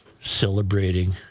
celebrating